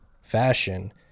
fashion